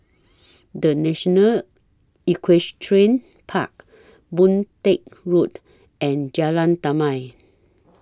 The National Equestrian Park Boon Teck Road and Jalan Damai